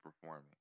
performing